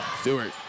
Stewart